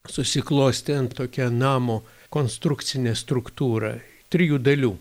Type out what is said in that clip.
susiklostė tokia namo konstrukcinė struktūra trijų dalių